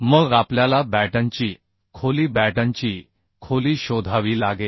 मग आपल्याला बॅटनची खोली बॅटनची खोली शोधावी लागेल